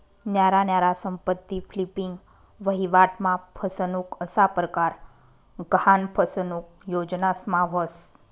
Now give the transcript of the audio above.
न्यारा न्यारा संपत्ती फ्लिपिंग, वहिवाट मा फसनुक असा परकार गहान फसनुक योजनास मा व्हस